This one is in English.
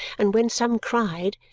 and when some cried,